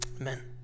Amen